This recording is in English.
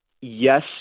yes